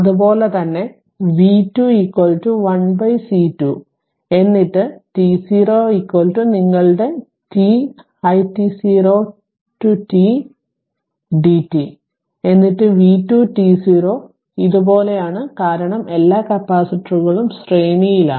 അതുപോലെ തന്നെ v2 1 C2 എന്നിട്ട് t0 നിങ്ങളുടെ t it0 to t it dt എന്നിട്ട് v2 t0 ഇതുപോലെയാണ് കാരണം എല്ലാ കപ്പാസിറ്ററുകളും ശ്രേണിയിലാണ്